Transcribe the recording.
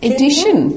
Edition